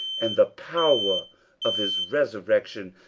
and the power of his resurrection,